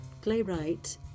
Playwright